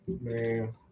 Man